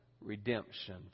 redemption